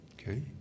Okay